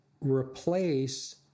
replace